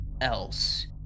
else